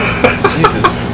Jesus